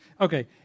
Okay